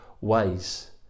ways